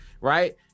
Right